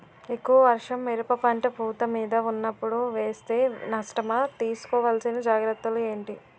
ఎక్కువ వర్షం మిరప పంట పూత మీద వున్నపుడు వేస్తే నష్టమా? తీస్కో వలసిన జాగ్రత్తలు ఏంటి?